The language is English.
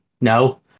No